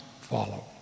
follow